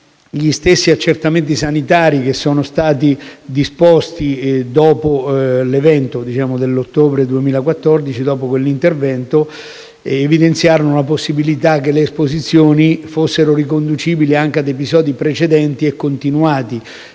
gli stessi accertamenti sanitari, disposti dopo l'evento dell'ottobre 2014, evidenziarono la possibilità che le esposizioni fossero riconducibili anche a episodi precedenti e continuati,